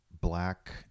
black